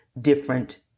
different